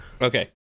Okay